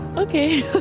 okay.